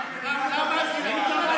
תרדי מהדוכן.